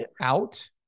out